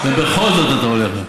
ובכל זאת אתה עולה.